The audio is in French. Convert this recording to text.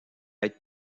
être